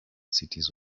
cities